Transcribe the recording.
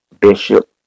Bishop